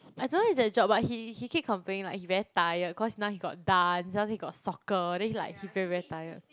I don't know eh his job but he he keep complaining like he very tired cause now he got dance then after that he got soccer then he like he feel very very tired